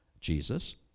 Jesus